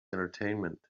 entertainment